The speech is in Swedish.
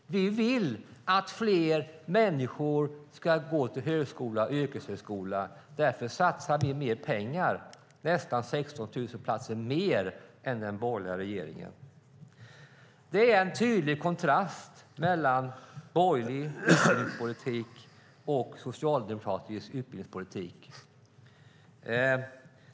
Vi vill att fler människor ska gå till högskola och yrkeshögskola, och därför satsar vi mer pengar, nästan 16 000 fler platser än den borgerliga regeringen. Det är en tydlig kontrast mellan borgerlig utbildningspolitik och socialdemokratisk utbildningspolitik.